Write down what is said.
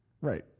Right